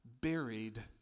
buried